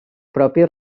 propis